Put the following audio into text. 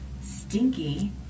Stinky